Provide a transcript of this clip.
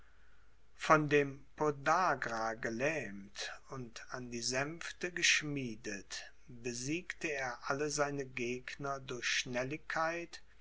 von dem podagra gelähmt und an die sänfte geschmiedet besiegte er alle seine gegner durch schnelligkeit